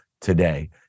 today